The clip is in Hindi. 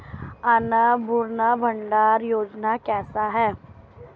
अन्नपूर्णा भंडार योजना क्या है?